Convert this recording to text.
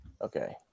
Okay